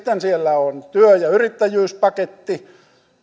sitten siellä on työ ja yrittäjyyspaketti